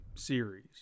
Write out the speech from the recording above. series